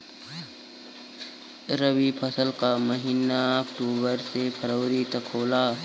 रवी फसल क महिना अक्टूबर से फरवरी तक होला